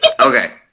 Okay